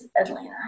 Atlanta